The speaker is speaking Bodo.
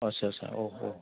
आच्चा आच्चा औ औ